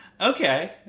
Okay